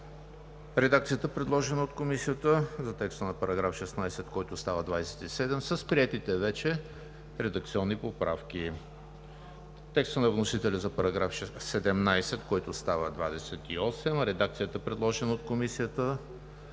редакцията, предложена от Комисията за текста на § 16, който става § 27 с приетите вече редакционни поправки; текста на вносителя за § 17, който става § 28, редакцията, предложена от Комисията